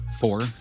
Four